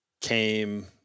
came